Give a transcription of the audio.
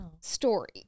story